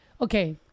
okay